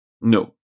No